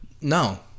No